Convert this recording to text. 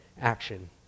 action